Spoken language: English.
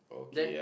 then